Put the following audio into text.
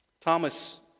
Thomas